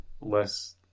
less